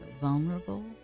vulnerable